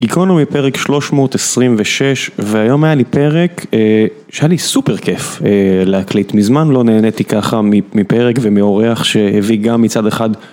גיקונומי פרק 326 והיום היה לי פרק שהיה לי סופר כיף להקליט מזמן לא נהניתי ככה מפרק ומאורח שהביא גם מצד אחד